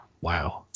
wow